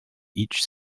each